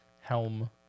Helm